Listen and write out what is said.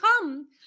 come